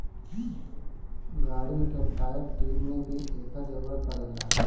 गाड़िन के tyre, tube में भी एकर जरूरत पड़ेला